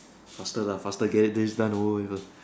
faster lah faster get this done first